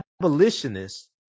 abolitionists